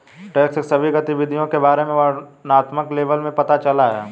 tax की सभी गतिविधियों के बारे में वर्णनात्मक लेबल में पता चला है